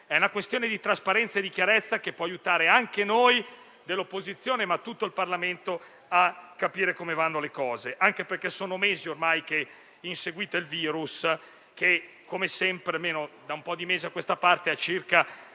È una questione di trasparenza e di chiarezza che può aiutare noi dell'opposizione, ma anche tutto il Parlamento a capire come vanno le cose. Anche perché sono mesi ormai che inseguite il virus che, come sempre da un po' di mesi a questa parte,